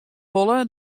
wolle